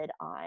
on